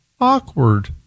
awkward